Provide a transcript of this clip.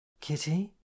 Kitty